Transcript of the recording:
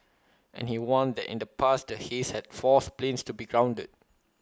and he warned that in the past the haze had forced planes to be grounded